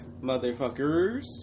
motherfuckers